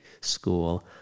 School